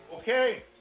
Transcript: Okay